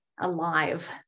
alive